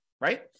right